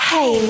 Hey